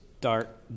dark